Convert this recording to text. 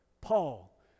Paul